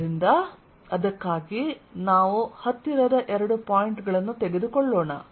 ಆದ್ದರಿಂದ ಅದಕ್ಕಾಗಿ ನಾವು ಹತ್ತಿರದ ಎರಡು ಪಾಯಿಂಟ್ ಗಳನ್ನು ತೆಗೆದುಕೊಳ್ಳೋಣ